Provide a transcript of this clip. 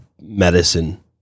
medicine